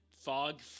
fog